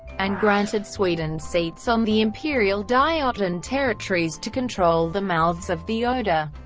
and granted sweden seats on the imperial diet and territories to control the mouths of the oder,